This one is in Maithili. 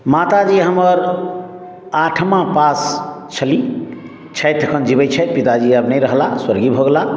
माताजी हमर आठमा पास छलीह छथि अखन जिबैत छथि पिताजी आब नहि रहला स्वर्गीय भऽ गेलाह